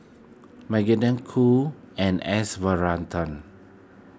Magdalene Khoo and S Varathan